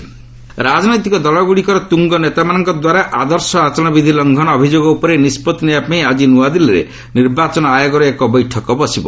EC MMC meet ରାଜନୈତିକ ଦଳଗୁଡ଼ିକର ତୁଙ୍ଗ ନେତାମାନଙ୍କ ଦ୍ୱାରା ଆଦର୍ଶ ଆଚରଣ ବିଧି ଲଂଘନ ଅଭିଯୋଗ ଉପରେ ନିଷ୍ପଭି ନେବା ପାଇଁ ଆଜି ନ୍ତ୍ରଆଦିଲ୍ଲୀରେ ନିର୍ବାଚନ ଆୟୋଗର ଏକ ବୈଠକ ବସିବ